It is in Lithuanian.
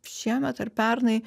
šiemet ar pernai